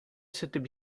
s’était